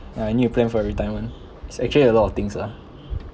ya you need to plan for your retirement it's actually a lot of things ah